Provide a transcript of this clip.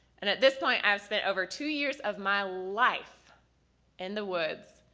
and at this point i have spent over two years of my life in the woods,